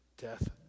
death